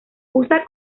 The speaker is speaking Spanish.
usa